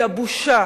כי הבושה